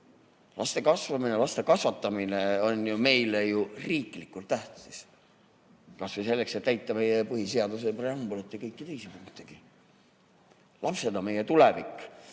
Laste kasvamine, laste kasvatamine on meile riiklikult tähtis, kas või selleks, et täita meie põhiseaduse preambulit ja kõiki teisi punktegi. Lapsed on meie tulevik.